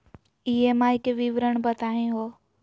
EMI के विवरण बताही हो?